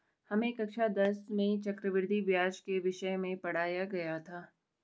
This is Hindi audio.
हमें कक्षा दस में चक्रवृद्धि ब्याज के विषय में पढ़ाया गया था